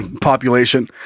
population